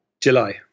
july